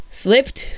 slipped